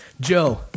Joe